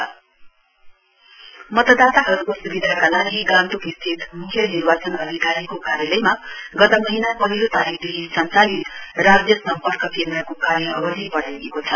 estate contact centre मतदाताहरुको सुविधाका लागि गान्तोक स्थित मुख्य निर्वाचन अधिकारीको कार्यलयमा गत महीना पहिलो तारीकदेखि सञ्चालित राज्य सम्पर्क केन्द्रको कार्य अवधि बढ़ाइएको छ